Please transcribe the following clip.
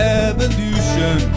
evolution